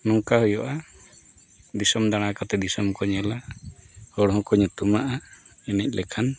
ᱱᱚᱝᱠᱟ ᱦᱩᱭᱩᱜᱼᱟ ᱫᱤᱥᱚᱢ ᱫᱟᱬᱟ ᱠᱟᱛᱮᱫ ᱫᱤᱥᱚᱢ ᱠᱚ ᱧᱮᱞᱟ ᱦᱚᱲ ᱦᱚᱸᱠᱚ ᱧᱩᱛᱩᱢᱟᱜᱼᱟ ᱮᱱᱮᱡ ᱞᱮᱠᱷᱟᱱ